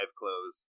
clothes